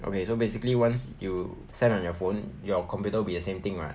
okay so basically once you send on your phone your computer will be the same thing [what]